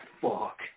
fuck